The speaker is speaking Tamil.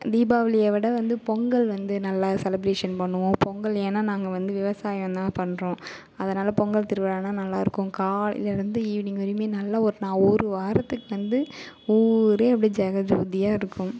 தீபாவளியை விட வந்து பொங்கல் வந்து நல்லா செலப்ரேஷன் பண்ணுவோம் பொங்கல் ஏன்னால் நாங்கள் வந்து விவசாயம்தான் பண்ணுறோம் அதனாலே பொங்கல் திருவிழான்னால் நல்லா இருக்கும் காலைலிருந்து ஈவினிங் வரையும் நல்ல ஒரு ந ஒரு வாரத்துக்கு வந்து ஊரே அப்டேயே ஜெகஜோதியாக இருக்கும்